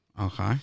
Okay